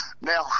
Now